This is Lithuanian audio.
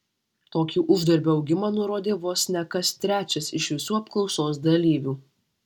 tokį uždarbio augimą nurodė vos ne kas trečias iš visų apklausos dalyvių